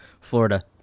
Florida